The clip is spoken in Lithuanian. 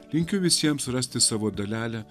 linkiu visiems surasti savo dalelę